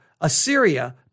Assyria